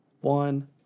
one